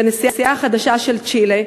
לנשיאה החדשה של צ'ילה,